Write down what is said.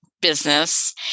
business